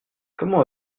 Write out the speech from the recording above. comment